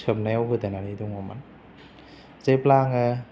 सोबनायाव गोदोनानै दङमोन जेब्ला आङो